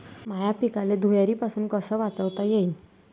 माह्या पिकाले धुयारीपासुन कस वाचवता येईन?